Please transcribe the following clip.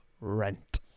Rent